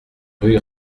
rue